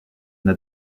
n’a